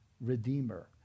Redeemer